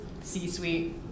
C-suite